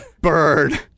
Bird